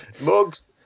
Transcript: mugs